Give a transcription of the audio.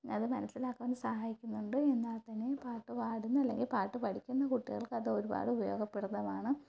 അത് മനസ്സിലാക്കാനും സഹായിക്കുന്നുണ്ട് എന്നാൽത്തന്നെയും പാട്ട് പാടുന്ന അല്ലെങ്കില് പാട്ട് പഠിക്കുന്ന കുട്ടികൾക്കതൊരുപാട് ഉപയോഗപ്രദമാണ്